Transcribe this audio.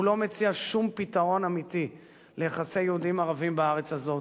הוא לא מציע שום פתרון אמיתי ליחסי יהודים ערבים בארץ הזאת,